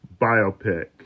biopic